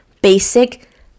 basic